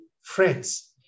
friends